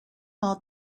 all